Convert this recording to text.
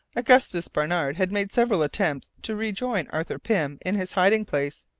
augustus barnard had made several attempts to rejoin arthur pym in his hiding place,